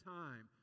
time